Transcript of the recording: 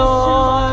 Lord